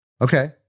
Okay